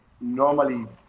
normally